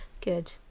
Good